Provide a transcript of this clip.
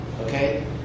okay